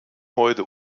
heute